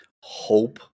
hope